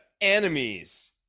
enemies